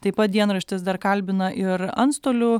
taip pat dienraštis dar kalbina ir antstolių